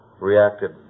reacted